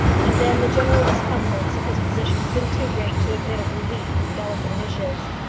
and then the general discomforts of his position had been too great to admit of relief from delicate dishes.